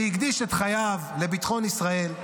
שהקדיש את חייו לביטחון ישראל,